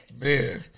Man